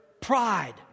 pride